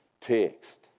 text